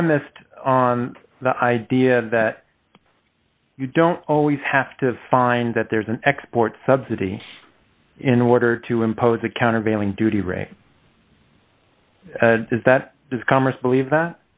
premised on the idea that you don't always have to find that there's an export subsidy in order to impose a countervailing duty right is that this congress believe that